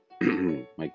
Mike